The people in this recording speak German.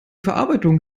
verarbeitung